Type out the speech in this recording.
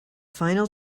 final